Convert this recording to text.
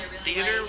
theater